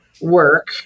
work